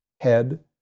head